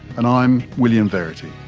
and i'm william verity